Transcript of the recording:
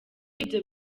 ibyo